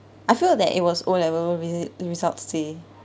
I felt that it was O level re~ results day